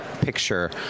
picture